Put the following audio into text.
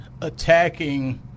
attacking